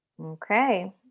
okay